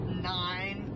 nine